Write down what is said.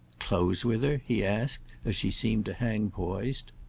close with her? he asked as she seemed to hang poised.